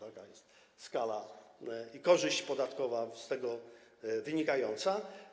Taka jest skala i korzyść podatkowa z tego wynikająca.